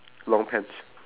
long pants